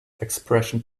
expression